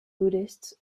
buddhists